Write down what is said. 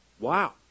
Wow